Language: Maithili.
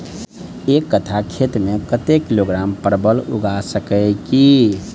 एक कट्ठा खेत मे कत्ते किलोग्राम परवल उगा सकय की??